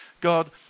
God